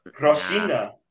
Rosina